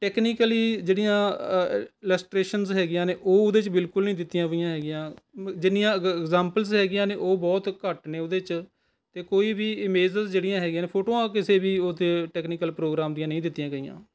technically ਜਿਹੜੀਆਂ illustrations ਹੈਗੀਆਂ ਨੇ ਉਹ ਉਹਦੇ 'ਚ ਬਿਲਕੁਲ ਨਹੀਂ ਦਿੱਤੀਆਂ ਹੋਈਆਂ ਹੈਗੀਆਂ ਜਿੰਨੀਆਂ ਐਗਜਾਂਪਲਜ਼ ਹੈਗੀਆਂ ਨੇ ਉਹ ਬਹੁਤ ਘੱਟ ਨੇ ਉਹਦੇ 'ਚ ਅਤੇ ਕੋਈ ਵੀ ਇਮੇਜ਼ਿਸ ਜਿਹੜੀਆਂ ਹੈਗੀਆਂ ਨੇ ਫੋਟੋਆਂ ਕਿਸੇ ਵੀ ਉਹਦੇ ਟੈਕਨੀਕਲ ਪ੍ਰੋਗਰਾਮ ਦੀਆਂ ਨਹੀਂ ਦਿੱਤੀਆਂ ਗਈਆਂ